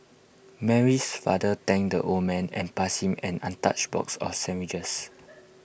Mary's father thanked the old man and passed him an untouched box of sandwiches